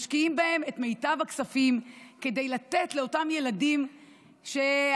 משקיעים בהם את מיטב הכספים כדי לתת לאותם ילדים שהגורל,